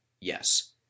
Yes